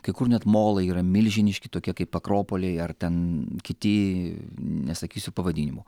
kai kur net molai yra milžiniški tokie kaip akropoliai ar ten kiti nesakysiu pavadinimų